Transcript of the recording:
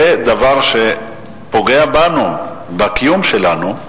זה דבר שפוגע בנו, בקיום שלנו,